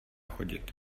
chodit